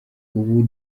ubu